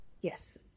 Yes